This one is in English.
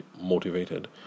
motivated